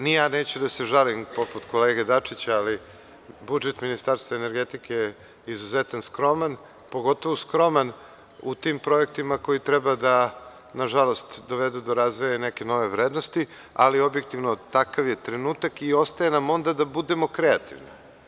Ni ja neću da se žalim poput kolege Dačića, ali budžet Ministarstva energetike je izuzetan i skroman, pogotovo skroman u tim projektima koji treba da dovedu do razvoja neke nove vrednosti, ali objektivno, takav je trenutak i ostaje nam onda da budemo kreativni.